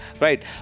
Right